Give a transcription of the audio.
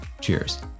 Cheers